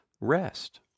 rest